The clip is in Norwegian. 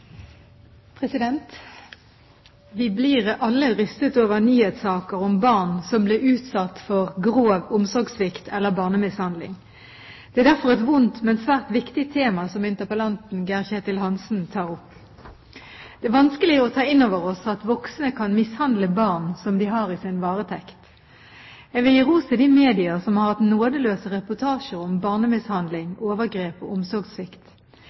Vi blir alle rystet over nyhetssaker om barn som blir utsatt for grov omsorgssvikt eller barnemishandling. Det er derfor et vondt, men svært viktig tema som interpellanten Geir-Ketil Hansen tar opp. Det er vanskelig å ta inn over seg at voksne kan mishandle barn som de har i sin varetekt. Jeg vil gi ros til de medier som har hatt nådeløse reportasjer om barnemishandling, overgrep og omsorgssvikt.